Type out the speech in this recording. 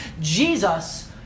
Jesus